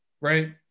Right